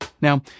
Now